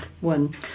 one